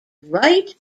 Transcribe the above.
right